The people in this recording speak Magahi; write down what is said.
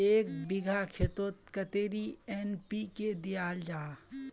एक बिगहा खेतोत कतेरी एन.पी.के दियाल जहा?